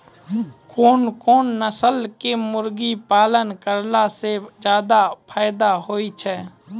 कोन कोन नस्ल के मुर्गी पालन करला से ज्यादा फायदा होय छै?